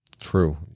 True